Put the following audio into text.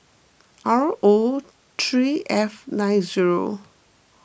R O three F nine zero